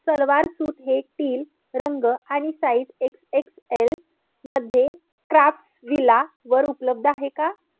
salwar suit हे teal रंग आणि साईज एक्स एक्स एल मध्ये क्राफ्ट्स विला वर उपलब्ध आहे का